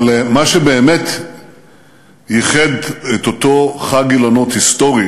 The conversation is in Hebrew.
אבל מה שבאמת ייחד את אותו חג אילנות היסטורי